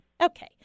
Okay